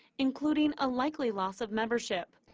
including a likely loss of membership.